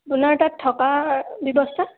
আপোনাৰ তাত থকাৰ ব্যৱস্থা